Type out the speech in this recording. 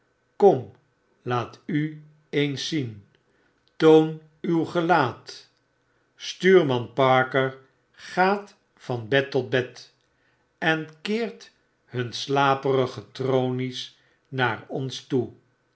kom laat u eens zien toon uw gelaat i stuurman parker gaat van bed tot bed en keert hun slaperige tronies naar ons toe